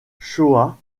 shoah